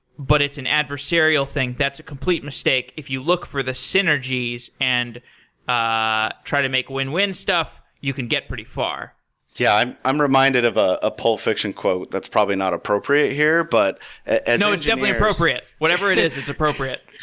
but it's an adversarial thing. that's a complete mistake. if you look for the synergies and ah try to make win-win stuff, you can get pretty far yeah. i'm i'm reminded of ah a pulp fiction quote that's probably not appropriate here, but as engineers no. it's definitely appropriate. whatever it is, it's appropriate.